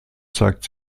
zeigt